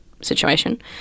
situation